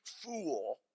fool